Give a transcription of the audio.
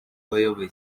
wayoboye